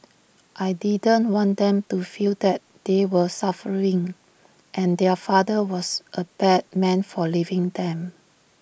I didn't want them to feel that they were suffering and their father was A bad man for leaving them